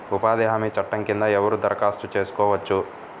ఉపాధి హామీ చట్టం కింద ఎవరు దరఖాస్తు చేసుకోవచ్చు?